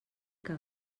que